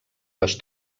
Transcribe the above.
les